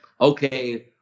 okay